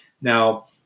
Now